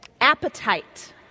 Appetite